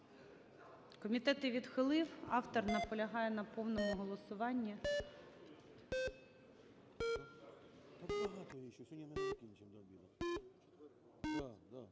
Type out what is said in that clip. Комітет її відхилив, автор наполягає на повному голосуванні.